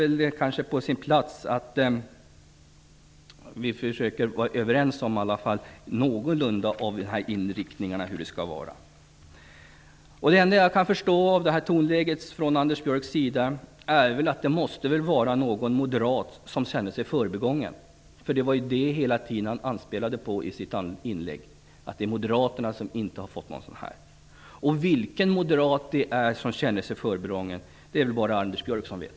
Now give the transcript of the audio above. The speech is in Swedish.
Jag tycker att det är på sin plats att vi i någon mån försöker komma överens om vilken inriktningen skall vara. Det jag kan förstå av tonläget i Anders Björcks anförande är att det väl måste vara någon moderat som känner sig förbigången; i sitt inlägg anspelade han ju hela tiden på att moderaterna inte har fått någon sådan utnämning. Vilken moderat det är som känner sig förbigången är det bara Anders Björck som vet.